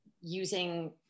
using